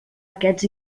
aquests